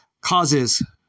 causes